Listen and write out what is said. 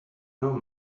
know